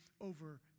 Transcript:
over